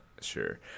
sure